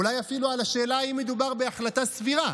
אולי אפילו על השאלה אם מדובר בהחלטה 'סבירה'.